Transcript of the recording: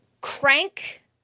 crank